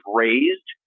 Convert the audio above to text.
raised